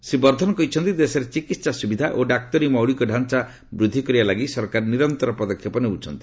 ଶ୍ରୀ ବର୍ଦ୍ଧନ କହିଛନ୍ତି ଦେଶରେ ଚିକିତ୍ସା ସୁବିଧା ଓ ଡାକ୍ତରୀ ମୌଳିକ ଢ଼ାଞ୍ଚା ବୃଦ୍ଧି କରିବା ଲାଗି ସରକାର ନିରନ୍ତ୍ରର ପଦକ୍ଷେପ ନେଉଛନ୍ତି